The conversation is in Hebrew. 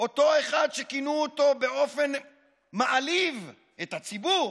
אותו אחד שכינו אותו, באופן שמעליב את הציבור,